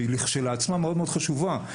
שהיא לכשעצמה מאוד חשובה.